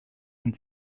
and